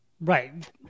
Right